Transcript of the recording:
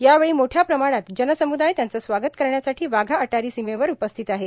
यावेळी मोठ्या प्रमाणात जनसमुदाय त्यांचं स्वागत करण्यासाठी वाघा अटारी सीमेवर उपस्थित आहे